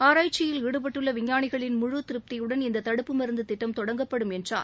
ஆராய்ச்சியில் ஈடுபட்டுள்ள விஞ்ஞானிகளின் முழு திருப்தியுடன் இந்த தடுப்பு மருந்து திட்டம் தொடங்கப்படும் என்றார்